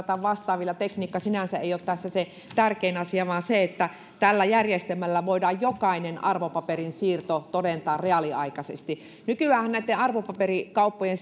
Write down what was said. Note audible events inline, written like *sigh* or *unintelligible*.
*unintelligible* tai vastaavilla tekniikka sinänsä ei ole tässä se tärkein asia vaan se että tällä järjestelmällä voidaan jokainen arvopaperin siirto todentaa reaaliaikaisesti nykyäänhän arvopaperikauppojen *unintelligible*